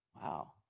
wow